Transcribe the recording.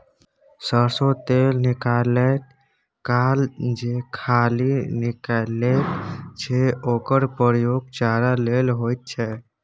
सरिसों तेल निकालैत काल जे खली निकलैत छै ओकर प्रयोग चारा लेल होइत छै